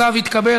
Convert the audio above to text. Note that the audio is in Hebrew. הצו התקבל.